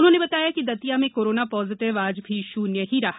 उन्होंने बताया कि दतिया में कप्रामा पॉजिटिव आज भी शून्य ही रहा